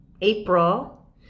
April